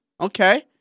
Okay